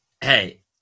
Hey